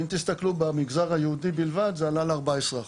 ואם תסתכלו במגזר היהודי בלבד זה עלה ל-14%,